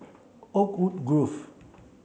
Oakwood Grove